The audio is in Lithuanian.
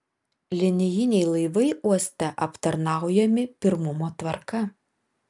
linijiniai laivai uoste aptarnaujami pirmumo tvarka